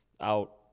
out